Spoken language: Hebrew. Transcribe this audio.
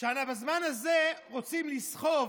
ובזמן הזה רוצים לסחוב